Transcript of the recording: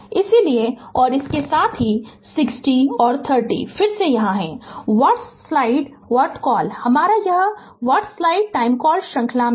इसलिए और इसके साथ ही यह 60 और 30 फिर से यहाँ हैं व्हाट्स्लाइड टाइमकॉल हमारा यह व्हाट्स्लाइड टाइमकॉल श्रृंखला में है